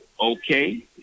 okay